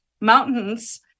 mountains